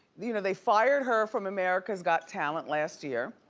you know, they fired her from america's got talent last year,